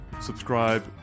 subscribe